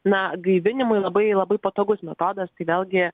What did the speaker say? na gaivinimui labai labai patogus metodas tai vėlgi